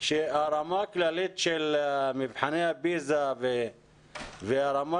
שהרמה הכללית של מבחני הפיז"ה והרמה